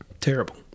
Terrible